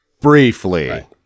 Briefly